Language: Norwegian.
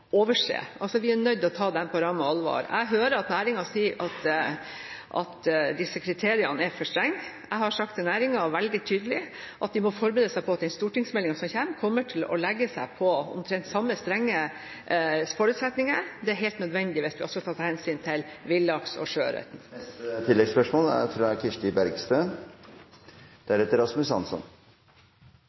overse. Vi er nødt til å ta dem på ramme alvor. Jeg hører at næringen sier at disse kriteriene er for strenge. Jeg har sagt veldig tydelig til næringen at de må forberede seg på at den stortingsmeldingen som kommer, kommer til å legge seg på omtrent samme strenge forutsetninger. Det er helt nødvendig hvis vi også skal ta hensyn til villaks og sjøørret. Kirsti Bergstø – til oppfølgingsspørsmål. Vi har opplevd flere tilfeller av alvorlige rømminger fra